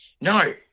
No